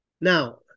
Now